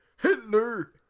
Hitler